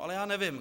Ale já nevím.